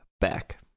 back